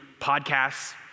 podcasts